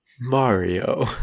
Mario